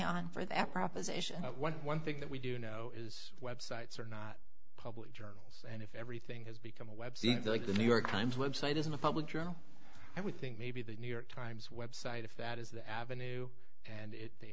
on for that proposition one thing that we do know is websites are not public journals and if everything has become a web seems like the new york times website isn't a public journal i would think maybe the new york times website if that is the avenue and it